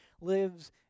lives